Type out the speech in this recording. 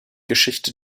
geschichte